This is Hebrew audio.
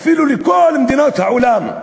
אפילו כל מדינות העולם,